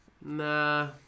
Nah